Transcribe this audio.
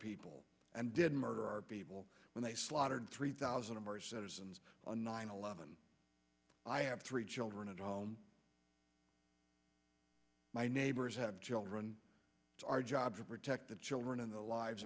people and didn't murder our people when they slaughtered three thousand of our citizens on nine eleven i have three children and all my neighbors have children it's our job to protect the children and the lives